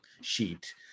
sheet